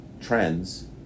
trends